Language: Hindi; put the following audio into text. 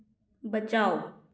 बचाओ